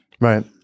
Right